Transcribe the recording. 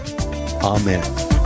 Amen